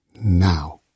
now